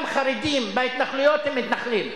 גם חרדים בהתנחלויות הם מתנחלים.